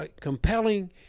compelling